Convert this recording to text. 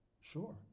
Sure